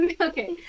okay